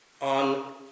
on